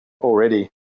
already